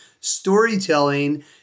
storytelling